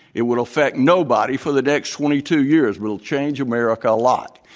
it will affect nobody for the next twenty two years, but it'll change america a lot.